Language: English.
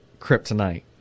Kryptonite